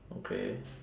okay